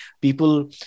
people